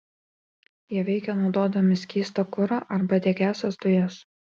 jie veikia naudodami skystą kurą arba degiąsias dujas